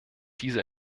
diese